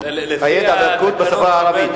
הידע והבקיאות בשפה הערבית.